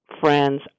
friends